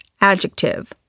Adjective